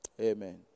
Amen